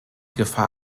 gefahr